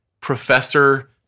professor